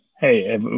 hey